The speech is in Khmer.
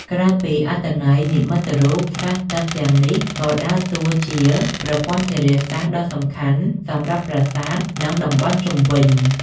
ក្រៅពីអត្ថន័យនិមិត្តរូប ស្រះទឹកទាំងនេះក៏ដើរតួជា ប្រព័ន្ធធារាសាស្ត្រ ដ៏សំខាន់សម្រាប់ប្រាសាទនិងតំបន់ជុំវិញ។